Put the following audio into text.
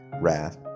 wrath